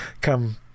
come